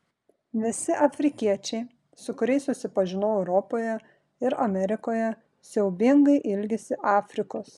visi afrikiečiai su kuriais susipažinau europoje ir amerikoje siaubingai ilgisi afrikos